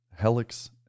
helix